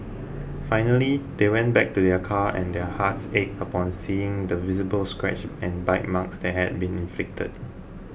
finally they went back to their car and their hearts ached upon seeing the visible scratches and bite marks that had been inflicted